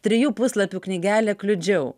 trijų puslapių knygelė kliudžiau